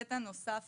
הסט הנוסף